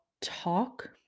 talk